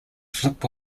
flip